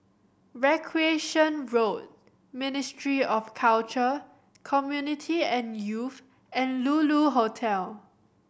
Recreation Road Ministry of Culture Community and Youth and Lulu Hotel